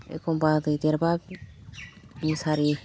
एखनबा दै देरबा मुसारि